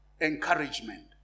encouragement